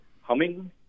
humming